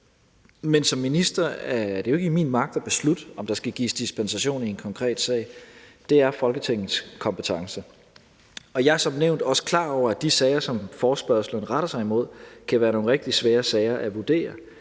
men som ministeren er det jo ikke i min magt at beslutte, om der skal gives dispensation i en konkret sag. Det er Folketingets kompetence. Jeg er, som nævnt, også klar over, at de sager, som forespørgslen retter sig mod, kan være nogle rigtig svære sager at vurdere,